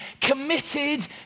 committed